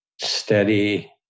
steady